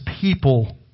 people